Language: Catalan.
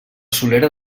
solera